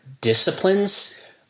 disciplines